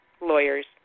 lawyers